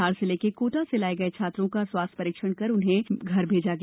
धार जिले के कोटा से लाये गए छात्रों का स्वास्थ्य परीक्षण कर उन्हें घर भैजा गया